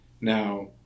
Now